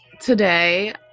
today